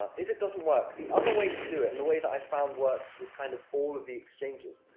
um if it doesn't work, the other way to do it, and the way that i found works with, kind of, all of the exchanges.